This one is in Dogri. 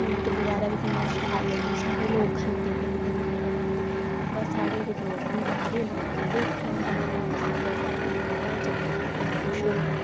तूत बगैरा बी किन्ना शैल लगदे खंदे पींदे मजा लैंदे अबा साढ़े लोक नी बाह्रै दे लोक औंदे उत्थै उ'नें गी बड़ा पसंद ऐ साढ़े डोगरें च किन्ना किश होंदा